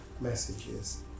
messages